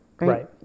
right